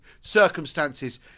circumstances